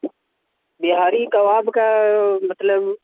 بہاری کباب کا مطلب